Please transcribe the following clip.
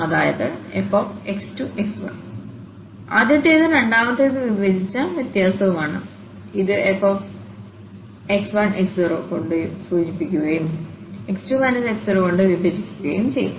അതായത്fx2x1ആദ്യത്തേതും രണ്ടാമത്തേത് വിഭജിച്ച വ്യത്യാസവുമാണ് ഇത് fx1x0കൊണ്ട് സൂചിപ്പിക്കുകയും x2 x0 കൊണ്ട് വിഭജിക്കുകയും ചെയ്യുന്നു